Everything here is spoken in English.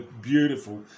beautiful